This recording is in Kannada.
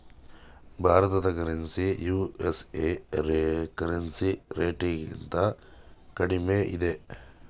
ಭಾರತದ ಕರೆನ್ಸಿ ಯು.ಎಸ್.ಎ ಕರೆನ್ಸಿ ರೇಟ್ಗಿಂತ ಕಡಿಮೆ ಇದೆ